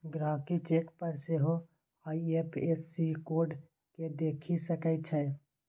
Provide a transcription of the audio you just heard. गहिंकी चेक पर सेहो आइ.एफ.एस.सी कोड केँ देखि सकै छै